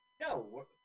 No